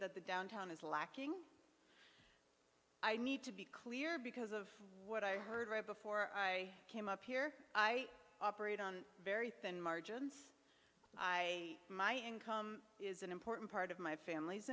that the downtown is lacking i need to be clear because of what i heard before i came up here i operate on very thin margins i my income is an important part of my family's